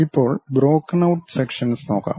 ഇപ്പോൾ broken out sections നോക്കാം